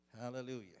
Hallelujah